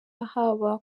haba